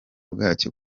bwacyo